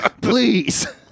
Please